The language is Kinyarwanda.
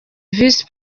visi